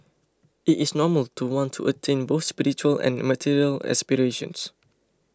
it is normal to want to attain both spiritual and material aspirations